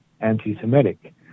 anti-Semitic